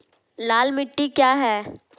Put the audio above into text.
लाल मिट्टी क्या है?